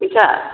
फैसा